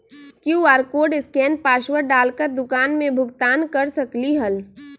QR code scan password डाल कर दुकान में भुगतान कर सकलीहल?